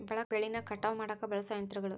ಬೆಳಿನ ಕಟಾವ ಮಾಡಾಕ ಬಳಸು ಯಂತ್ರಗಳು